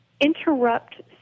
interrupt